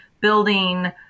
building